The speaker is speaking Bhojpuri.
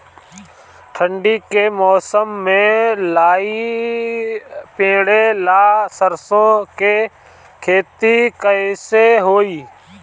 ठंडी के मौसम में लाई पड़े ला सरसो के खेती कइसे होई?